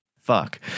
Fuck